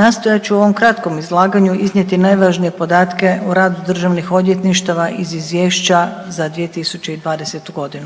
Nastojat ću u ovom kratkom izlaganju iznijeti najvažnije podatke o radu državnih odvjetništava i izvješća za 2020.g.